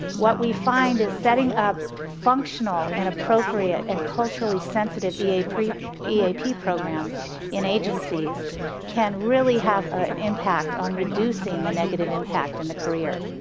what we find is setting up functional and appropriate and culturally sensitive eap eap programs in agencies can really have an impact on reducing the negative impact in the career.